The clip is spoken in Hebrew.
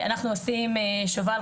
אנחנו עושים - שוב"ל,